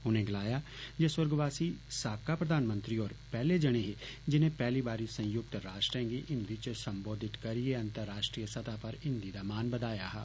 उनें गलाया जे सुर्गवासी साबका प्रधानमंत्री होर पहले जने हे जिने पहली बारी संयुक्त राष्ट्रें गी हिंदी च सम्बोधित करियै अंतराष्ट्रीय स्तह पर हिंदी दा मान बदाया हा